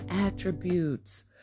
attributes